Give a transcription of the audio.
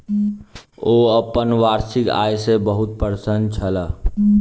ओ अपन वार्षिक आय सॅ बहुत प्रसन्न छलाह